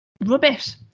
Rubbish